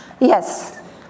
Yes